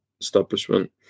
establishment